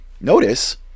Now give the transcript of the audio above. Notice